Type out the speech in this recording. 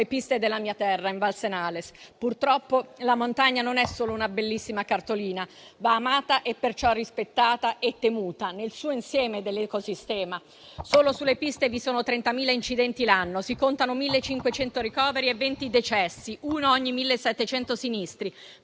piste della mia terra in Val Senales. Purtroppo la montagna non è solo una bellissima cartolina; va amata e perciò rispettata e temuta, nel suo insieme dell'ecosistema. Solo sulle piste vi sono 30.000 incidenti l'anno, si contano 1.500 ricoveri e 20 decessi, uno ogni 1.700 sinistri;